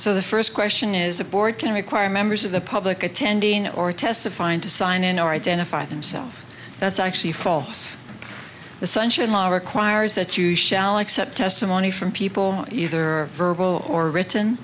so the first question is a board can require members of the public attending or testifying to sign in or identify themselves that's actually us the sunshine law requires that you shall accept testimony from people either verbal or written